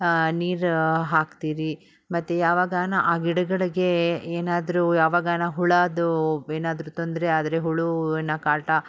ನೀರು ಹಾಕ್ತೀರಿ ಮತ್ತು ಯಾವಾಗಾನ ಆ ಗಿಡಗಳಿಗೆ ಏನಾದ್ರೂ ಯಾವಾಗಾನ ಹುಳದ್ದು ಏನಾದರು ತೊಂದರೆ ಆದರೆ ಹುಳುವಿನ ಕಾಟ